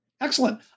Excellent